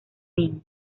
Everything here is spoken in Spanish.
queen